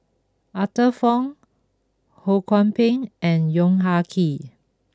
Arthur Fong Ho Kwon Ping and Yong Ah Kee